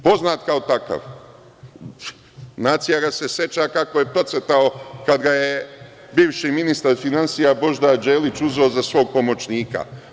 Poznat kao takav, nacija ga se seća kako je procvetao kada ga je bivši ministar finansija Božidar Đelić uzeo za svog pomoćnika.